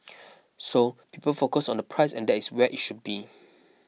so people focus on the price and that is where it should be